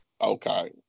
Okay